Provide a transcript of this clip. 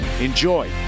enjoy